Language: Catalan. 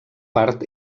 part